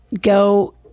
go